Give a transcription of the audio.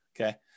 okay